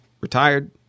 retired